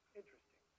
interesting